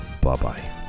Bye-bye